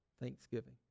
thanksgiving